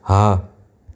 હા